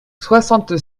soixante